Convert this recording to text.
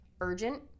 Urgent